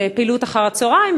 בפעילות אחר הצהריים,